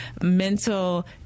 mental